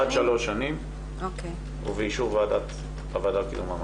עד שלוש שנים ובאישור הוועדה לקידום מעמד האישה.